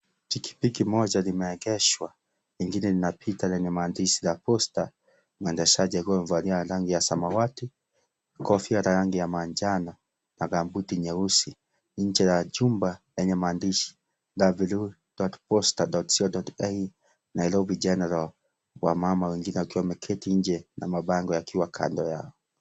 Pikipiki moja limeegeshwa lingine linapita lenye maandishi la Posta, mwendeshaji akiwa amevalia rangi ya samawati kofia la rangi ya manjano na gambuti nyeusi, nje ya jumba lenye maandishi w.posta.co.ke Nairobi General wamama wengine wakiwa wameketi nje mabango yakiwa kando yao.